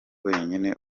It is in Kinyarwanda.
wenyine